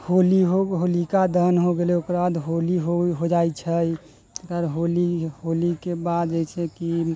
होली हो होलिकादहन हो गेलै ओकर बाद होली हो जाइ छै ओकर बाद होली होलीके बाद जे छै की